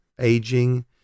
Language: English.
aging